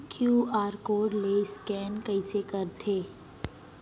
QR code ले scan कइसे करथे?